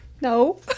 No